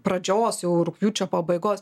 pradžios jau rugpjūčio pabaigos